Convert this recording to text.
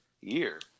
year